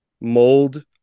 mold